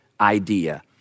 idea